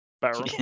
barrel